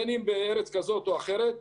בין בארץ כזו או אחרת,